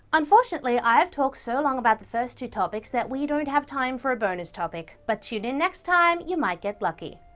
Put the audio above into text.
unfortunately, i have talked so long about the first two topics that we don't have time for a bonus topic. but tune in next time, you might get lucky!